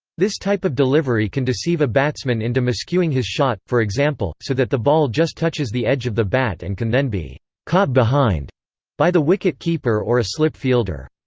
this type of delivery can deceive a batsman into miscuing his shot, for example, so that the ball just touches the edge of the bat and can then be caught behind by the wicket-keeper or a slip fielder.